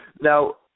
Now